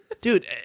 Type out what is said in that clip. Dude